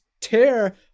tear